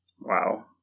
Wow